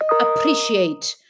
appreciate